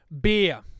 beer